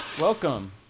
Welcome